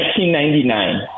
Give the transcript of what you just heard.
1999